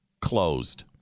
closed